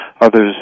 others